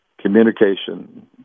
Communication